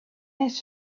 his